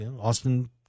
Austin